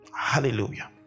hallelujah